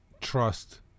trust